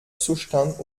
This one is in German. zustand